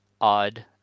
odd